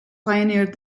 pioneered